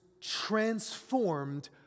transformed